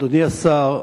אדוני השר,